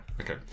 okay